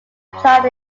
applied